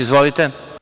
Izvolite.